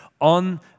on